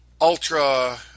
ultra-